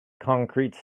concrete